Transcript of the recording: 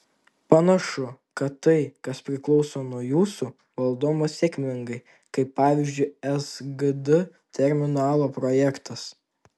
panašu kad tai kas priklauso nuo jūsų valdoma sėkmingai kaip pavyzdžiui sgd terminalo projektas